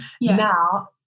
now